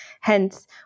Hence